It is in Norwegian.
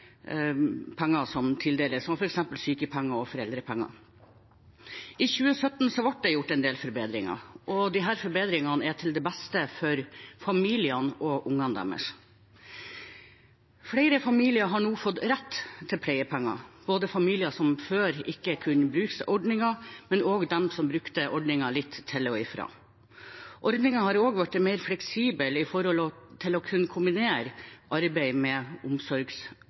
penger som tildeles, som f.eks. sykepenger og foreldrepenger. I 2017 ble det gjort en del forbedringer som er til det beste for familiene og barna deres. Flere familier har nå fått rett til pleiepenger, både familier som før ikke kunne bruke ordningen, og de som brukte ordningen litt til og fra. Ordningen har også blitt mer fleksibel for å kunne kombinere arbeid med